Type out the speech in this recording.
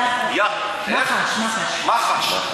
מח"ש.